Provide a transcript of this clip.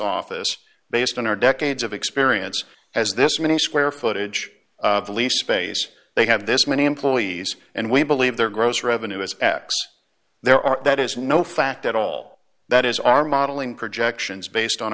office based on our decades of experience has this many square footage of lease space they have this many employees and we believe their gross revenue is x there are that is no fact at all that is our modeling projections based on